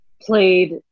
played